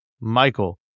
Michael